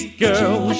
girl